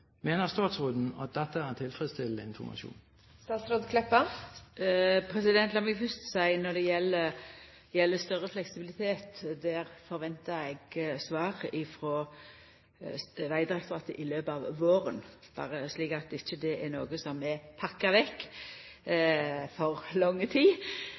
dette er tilfredsstillende informasjon? Lat meg fyrst seia når det gjeld større fleksibilitet: Der ventar eg svar frå Vegdirektoratet i løpet av våren – berre så det er sagt at det ikkje er noko som er pakka vekk for lang tid.